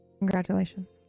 Congratulations